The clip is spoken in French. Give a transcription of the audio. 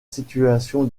situation